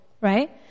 right